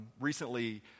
recently